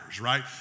right